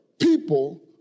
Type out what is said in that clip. people